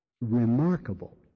remarkable